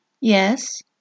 Yes